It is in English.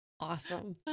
Awesome